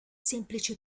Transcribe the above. semplice